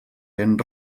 ben